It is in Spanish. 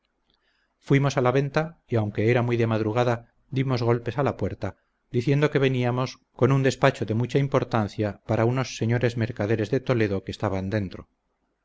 fuimos a la venta y aunque era muy de madrugada dimos golpes a la puerta diciendo que veníamos con un despacho de mucha importancia para unos señores mercaderes de toledo que estaban dentro